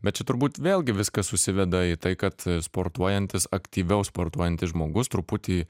bet čia turbūt vėlgi viskas susiveda į tai kad sportuojantis aktyviau sportuojantis žmogus truputį